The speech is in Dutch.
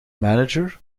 manager